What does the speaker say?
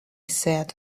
said